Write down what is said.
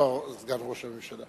לא סגן ראש הממשלה.